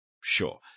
Sure